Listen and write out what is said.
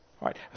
right